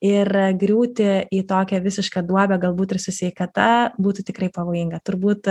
ir griūti į tokią visišką duobę galbūt ir su sveikata būtų tikrai pavojinga turbūt